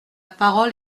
parole